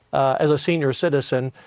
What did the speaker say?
ah as a senior citizen,